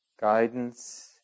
guidance